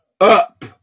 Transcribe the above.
up